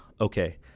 Okay